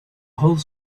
whole